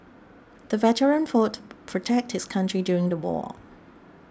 the veteran fought to protect his country during the war